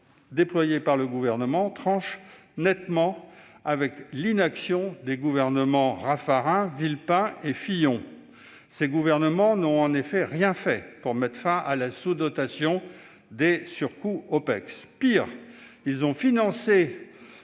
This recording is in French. déployés par le Gouvernement tranchent nettement avec l'inaction des gouvernements Raffarin, Villepin et Fillon. Ces gouvernements n'ont, en effet, rien fait pour mettre fin à la sous-dotation des surcoûts OPEX. Voilà un discours